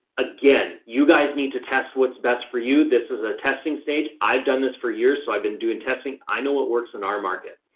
again, you guys need to test what's best for you. this is a testing stage. i've done this for years. so i've been doing testing. i know what works in our market.